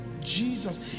Jesus